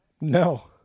No